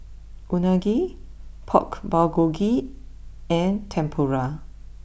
Unagi Pork Bulgogi and Tempura